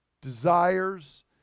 desires